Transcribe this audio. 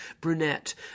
brunette